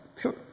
Sure